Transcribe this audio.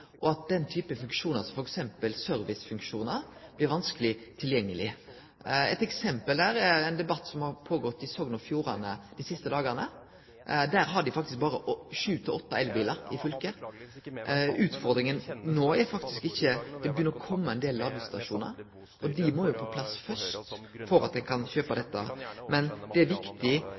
blir vanskeleg tilgjengelege. Eit eksempel der: Ein har hatt ein debatt om dette i Sogn og Fjordane dei siste dagane, der ein faktisk har berre sju–åtte elbilar i heile fylket. Utfordringa der no er ikkje ladestasjonar. Det byrjar å kome ein del, og dei må jo på plass først for at ein kan kjøpe elbilane. Men det er viktig